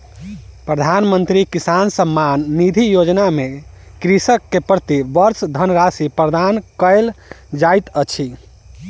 प्रधानमंत्री किसान सम्मान निधि योजना में कृषक के प्रति वर्ष धनराशि प्रदान कयल जाइत अछि